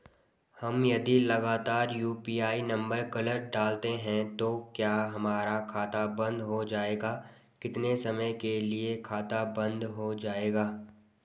हम यदि लगातार यु.पी.आई नम्बर गलत डालते हैं तो क्या हमारा खाता बन्द हो जाएगा कितने समय के लिए खाता बन्द हो जाएगा?